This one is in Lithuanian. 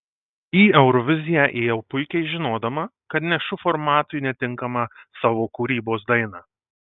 į euroviziją ėjau puikiai žinodama kad nešu formatui netinkamą savo kūrybos dainą